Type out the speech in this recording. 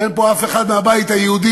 אין פה אף אחד מהבית היהודי,